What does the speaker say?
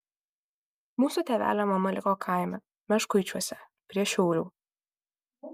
mūsų tėvelio mama liko kaime meškuičiuose prie šiaulių